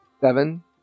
Seven